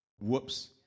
whoops